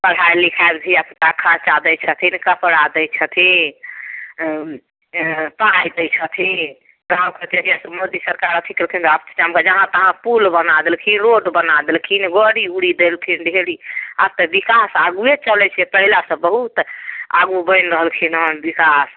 पढाइ लिखाइ भी आब सबटा खरचा दै कपड़ा दै छथिन पाइ दै छथिन गाँवके जहिया से मोदी सरकार अथी केलखिन जहाँ तहाँ पूल बना देलखिन रोड बना देलखिन गाड़ी गुड़ी देलखिन ढेरी आब तऽ विकास आगुए चलै छै पहिले सऽ बहुत आगू बनि रहलखिन हँ विकास